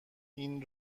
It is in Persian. این